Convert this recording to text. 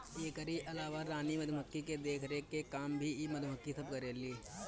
एकरी अलावा रानी मधुमक्खी के देखरेख के काम भी इ मधुमक्खी सब करेली